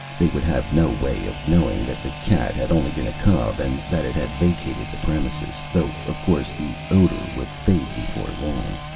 they would have no way of knowing that the cat had only been a cub and that it had vacated the premises, though of course the odor would fade before long.